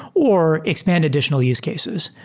or expand additional use cases,